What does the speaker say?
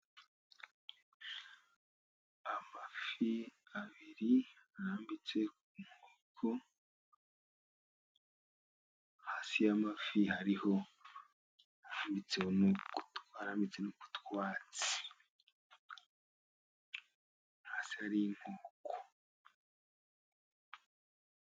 Amafi abiri arambitse ku nkoko, hasi y'amafi hariho afutsemo yo gutwara ndetse n'utwatsi hasi hari inkoko.